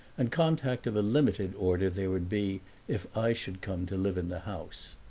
and contact of a limited order there would be if i should come to live in the house.